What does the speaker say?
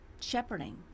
shepherding